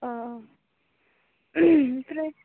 अ ओमफ्राय